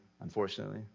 unfortunately